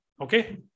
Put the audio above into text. Okay